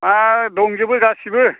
आ दंजोबो गासिबो